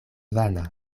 vana